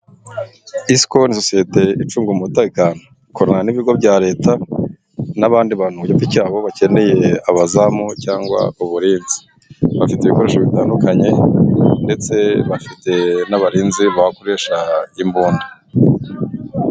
Isiko ni sosiyete icunga umutekano, ikorana n'ibigo bya leta n'abandi bantu ku giti cyabo, bakeneye abazamu cyangwa uburinzi, bafite ibikoresho bitandukanye ndetse bafite n'abarinzi bakoresha imbunda.